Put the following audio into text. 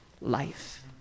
life